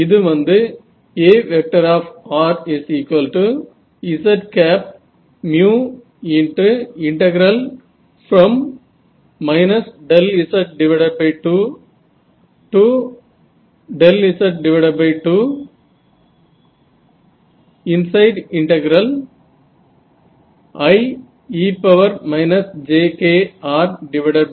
இது வந்து Az z2z2Ie jkR4Rdr